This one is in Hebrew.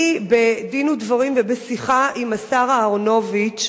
אני בדין ודברים ובשיחה עם השר אהרונוביץ,